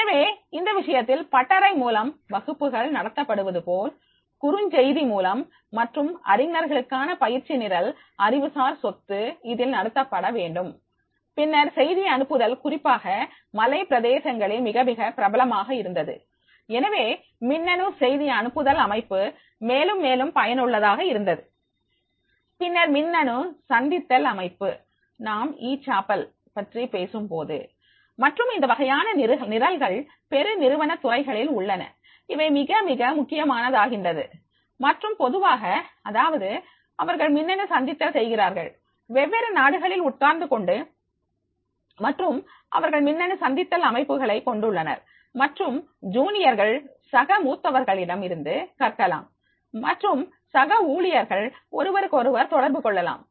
எனவே இந்த விஷயத்தில் பட்டறை மூலம் வகுப்புகள் நடத்தப்படுவது போல குறுஞ்செய்தி மூலம் மற்றும் அறிஞர்களுக்கான பயிற்சி நிரல் அறிவுசார் சொத்து இதில் நடத்தப்பட வேண்டும் பின்னர் செய்தி அனுப்புதல் குறிப்பாக மலை பிரதேசங்களில் மிக மிக பிரபலமாக இருந்தது எனவே மின்னணு செய்தி அனுப்புதல் அமைப்பு மேலும் மேலும் பயனுள்ளதாக இருந்தது பின்னர் மின்னணு சந்தித்தல் அமைப்பு நாம் ஈ சாப்பல் பற்றி பேசும் போது மற்றும் இந்த வகையான நிரல்கள் பெருநிறுவன துறைகளில் உள்ளன இவை மிக மிக முக்கியமானதாகின்றது மற்றும் பொதுவாக அதாவது அவர்கள் மின்னணு சந்தித்தல் செய்கிறார்கள் வெவ்வேறு நாடுகளில் உட்கார்ந்துகொண்டு மற்றும் அவர்கள் மின்னணு சந்தித்தல் அமைப்புகளை கொண்டுள்ளனர் மற்றும் ஜூனியர்கள் சக மூத்தவர்களிடம் இருந்து கற்கலாம் மற்றும் சக ஊழியர்கள் ஒருவருக்கொருவர் தொடர்பு கொள்ளலாம்